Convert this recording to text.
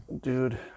Dude